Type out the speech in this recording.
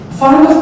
find